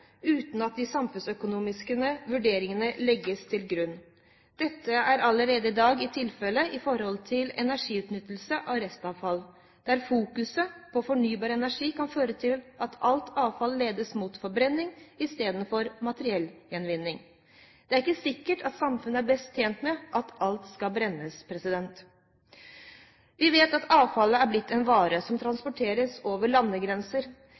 uten at samfunnsøkonomiske vurderinger legges til grunn. Dette er allerede i dag tilfellet ved energiutnyttelse av restavfall, der fokuset på fornybar energi kan føre til at alt avfall ledes mot forbrenning i stedet for materialgjenvinning. Det er ikke sikkert at samfunnet er best tjent med at alt skal brennes. Punkt 7: Vi vet at avfallet er blitt en vare som transporteres over